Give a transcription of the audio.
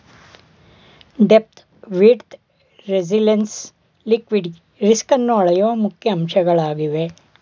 depth, width, resilience liquidity ರಿಸ್ಕನ್ನು ಅಳೆಯುವ ಮುಖ್ಯ ಅಂಶಗಳಾಗಿವೆ